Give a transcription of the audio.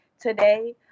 today